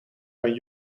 een